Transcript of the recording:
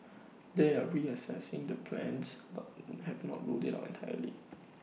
they are reassessing their plans but have not ruled IT out entirely